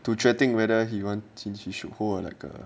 to 决定 whether he wants 进去 should 和那个